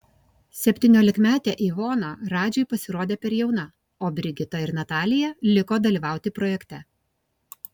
septyniolikmetė ivona radžiui pasirodė per jauna o brigita ir natalija liko dalyvauti projekte